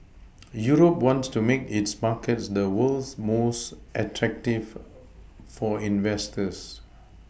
Europe wants to make its markets the world's most attractive for investors